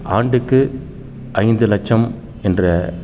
ஆண்டுக்கு ஐந்து லட்சம் என்ற